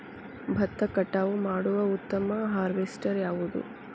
ಭತ್ತ ಕಟಾವು ಮಾಡುವ ಉತ್ತಮ ಹಾರ್ವೇಸ್ಟರ್ ಯಾವುದು?